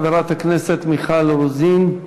חברת הכנסת מיכל רוזין.